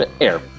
Air